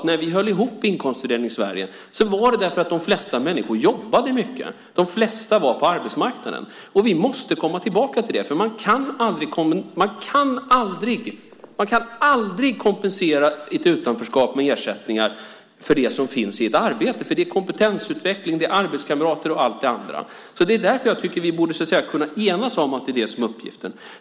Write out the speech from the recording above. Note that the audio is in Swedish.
När vi höll ihop inkomstfördelningen i Sverige var det för att de flesta människor jobbade mycket. De flesta var på arbetsmarknaden. Vi måste komma tillbaka till det. Man kan aldrig kompensera ett utanförskap med ersättningar för det som finns i ett arbete - kompetensutveckling, arbetskamrater och allt det andra. Därför borde vi kunna enas om att det är det som är uppgiften.